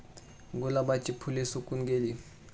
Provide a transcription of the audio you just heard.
गुलाबाची फुले सुकून गेली